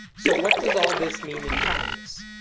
so what does all this mean in practice?